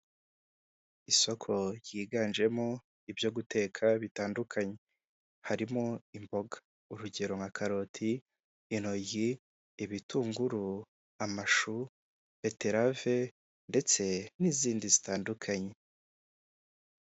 Isoko ryiganjemo ibyo guteka bitandukanye harimo imboga urugero nka karoti intoryi ibitunguru amashu beterave ndetse n'izindi zitandukanye.